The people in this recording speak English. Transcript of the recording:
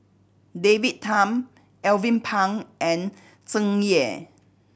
David Tham Alvin Pang and Tsung Yeh